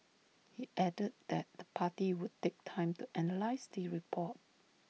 he added that the party would take time to analyse the report